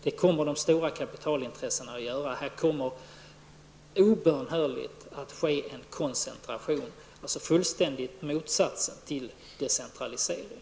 Det kommer de stora kapitalintressena att göra, och det kommer obönhörligen att ske en koncentration, dvs. den raka motsatsen till decentralisering.